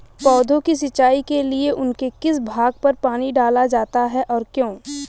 पौधों की सिंचाई के लिए उनके किस भाग पर पानी डाला जाता है और क्यों?